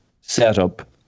setup